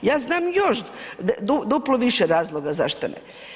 Ja znam još duplo više razloga zašto ne.